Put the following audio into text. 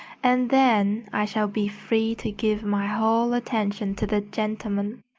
and then i shall be free to give my whole attention to the gentleman.